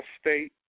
state